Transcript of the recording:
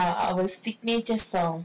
ya our signature song